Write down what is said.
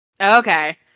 Okay